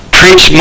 preach